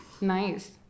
Nice